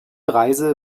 reise